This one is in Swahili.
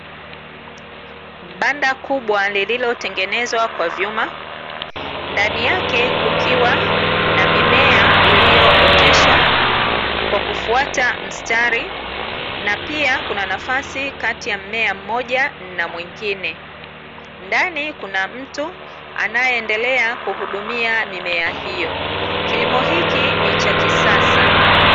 Banda kubwa lililotengenezwa kwa vyuma, ndani yake kukiwa na mimea iliyooteshwa kwa kufuata mstari, na pia kuna nafasi kati ya mmea mmoja na mwengine, ndani kuna mtu anayeendelea kuhudumia mimea hiyo. Kilimo hiki ni cha kisasa.